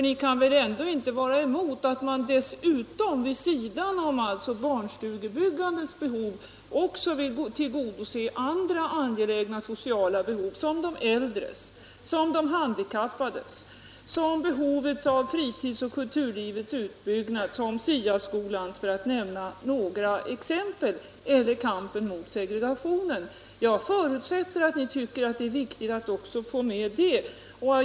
Ni kan väl ändå inte vara emot att man vid sidan av barnstugebyggandet också vill tillgodose andra angelägna sociala frågor såsom de äldres och de handikappades behov, behovet av fritidsoch kulturlivets utbyggnad, SIA-skolans behov och kampen mot segregationen för att nämna några exempel. Jag förutsätter att ni tycker att det är viktigt att också få med detta.